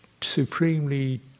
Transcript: supremely